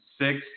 six